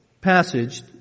passage